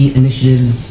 initiatives